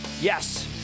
Yes